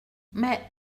mais